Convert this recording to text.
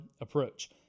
approach